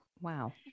Wow